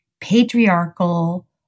patriarchal